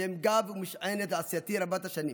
שהם גב ומשענת לעשייתי רבת השנים,